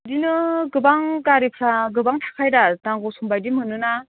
बिदिनो गोबां गारिफोरा गोबां थाखायोदा नांगौ सम बायदि मोनो ना